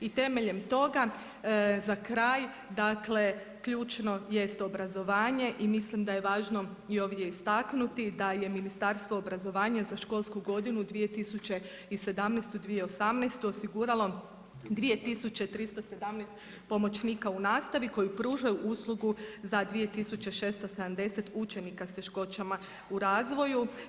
I temeljem toga, za kraj dakle ključno jest obrazovanje i mislim da je važno i ovdje istaknuti da je Ministarstvo obrazovanja za školsku godinu 2017., 2018. osiguralo 2317 pomoćnika u nastavi koji pružaju uslugu za 2670 učenika s teškoćama u razvoju.